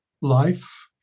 life